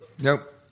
Nope